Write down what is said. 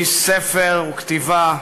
איש ספר וכתיבה,